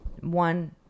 one